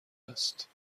است